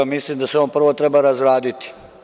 Mislim da se on prvo treba razraditi.